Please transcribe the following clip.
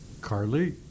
Carly